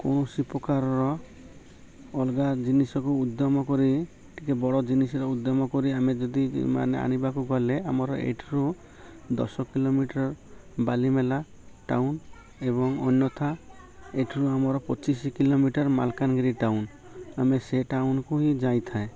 କୌଣସି ପ୍ରକାରର ଅଲଗା ଜିନିଷକୁ ଉଦ୍ୟମ କରି ଟିକେ ବଡ଼ ଜିନିଷର ଉଦ୍ୟମ କରି ଆମେ ଯଦି ମାନେ ଆଣିବାକୁ ଗଲେ ଆମର ଏଠରୁ ଦଶ କିଲୋମିଟର ବାଲିମେଲା ଟାଉନ୍ ଏବଂ ଅନ୍ୟଥା ଏଠରୁ ଆମର ପଚିଶ କିଲୋମିଟର୍ ମାଲକାନଗିରି ଟାଉନ୍ ଆମେ ସେ ଟାଉନ୍କୁ ହିଁ ଯାଇଥାଏ